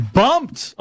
bumped